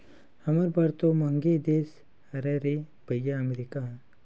हमर बर तो मंहगे देश हरे रे भइया अमरीका ह